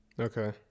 okay